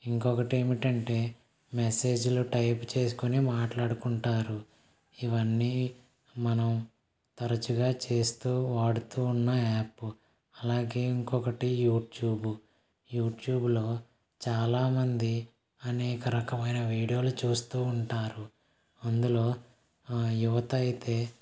ఇంకొకటి ఏమిటంటే మెసేజ్లు టైప్ చేసుకుని మాట్లాడుకుంటారు ఇవన్నీ మనం తరచుగా చేస్తూ వాడుతూ ఉన్న యాప్ అలాగే ఇంకొకటి యూట్యూబ్ యూట్యూబ్లో చాలామంది అనేక రకమైన వీడియోలు చూస్తూ ఉంటారు అందులో యువతయితే